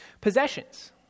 Possessions